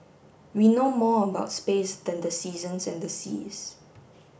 we know more about space than the seasons and the seas